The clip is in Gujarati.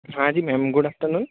હા જી મેમ ગુડ આફ્ટરનુન